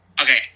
Okay